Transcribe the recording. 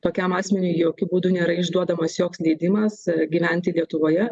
tokiam asmeniui jokiu būdu nėra išduodamas joks leidimas gyventi lietuvoje